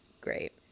great